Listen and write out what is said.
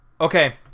okay